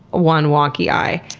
one wonky eye.